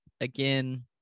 again